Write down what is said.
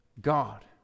God